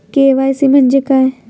KYC म्हणजे काय?